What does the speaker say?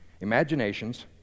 imaginations